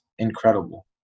incredible